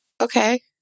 Okay